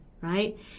right